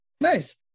Nice